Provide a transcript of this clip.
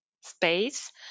space